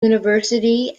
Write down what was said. university